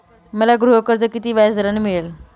मला गृहकर्ज किती व्याजदराने मिळेल?